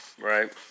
right